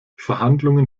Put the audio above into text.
verhandlungen